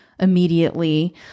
Immediately